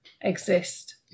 exist